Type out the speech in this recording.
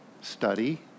Study